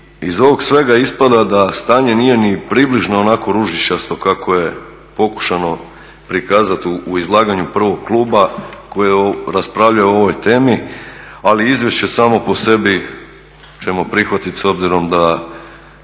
iz ovog svega ispada da stanje nije ni približno onako ružičasto kako je pokušano prikazati u izlaganju prvog kluba koji je raspravljao o ovoj temi, ali izvješće samo po sebi ćemo prihvatit s obzirom da